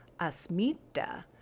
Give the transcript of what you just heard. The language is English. Asmita